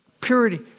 Purity